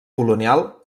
colonial